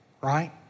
right